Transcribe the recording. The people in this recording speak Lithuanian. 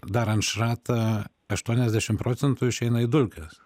darant šratą aštuoniasdešim procentų išeina į dulkes